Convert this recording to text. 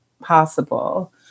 possible